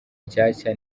nshyashya